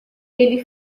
ele